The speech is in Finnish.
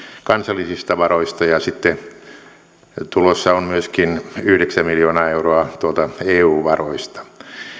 kansallisista varoista ja sitten on tulossa myöskin yhdeksän miljoonaa euroa tuolta eu varoista